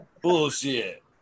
Bullshit